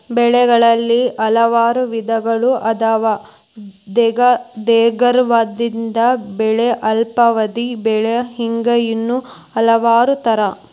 ಬೆಳೆಗಳಲ್ಲಿ ಹಲವಾರು ವಿಧಗಳು ಅದಾವ ದೇರ್ಘಾವಧಿ ಬೆಳೆ ಅಲ್ಪಾವಧಿ ಬೆಳೆ ಹಿಂಗ ಇನ್ನೂ ಹಲವಾರ ತರಾ